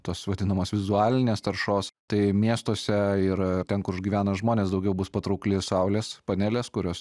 tos vadinamos vizualinės taršos tai miestuose ir ten kur gyvena žmonės daugiau bus patraukli saulės panelės kurios